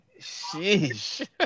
Sheesh